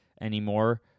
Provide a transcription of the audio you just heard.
anymore